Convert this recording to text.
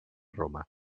roma